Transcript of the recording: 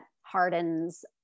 hardens